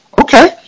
okay